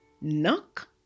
Knock